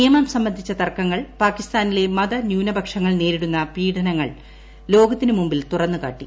നിയമം സംബന്ധിച്ച തർക്കങ്ങൾ പാകിസ്ഥാനിലെ മതന്യൂനപക്ഷങ്ങൾ നേരിടുന്ന പീഡനങ്ങൾ ലോകത്തിനു മുമ്പിൽ തുറന്നു കാട്ടി